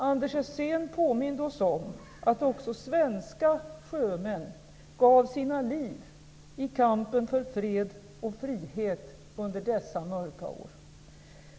Anders Esseen påminde oss om att också svenska sjömän gav sina liv i kampen för fred och frihet under dessa mörka år.